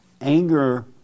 Anger